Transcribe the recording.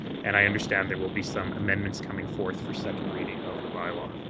and i understand there will be some amendments coming forth for second reading of the bylaw.